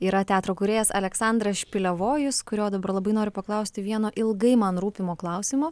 yra teatro kūrėjas aleksandras špilevojus kurio dabar labai noriu paklausti vieno ilgai man rūpimo klausimo